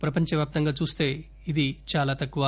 ప్రపంచవ్వాప్తంగా చూస్తే ఇది చాలా తక్కువ